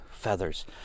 feathers